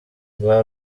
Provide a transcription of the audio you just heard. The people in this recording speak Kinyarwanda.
rwa